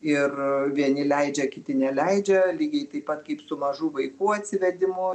ir vieni leidžia kiti neleidžia lygiai taip pat kaip su mažų vaikų atsivedimu